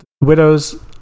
Widows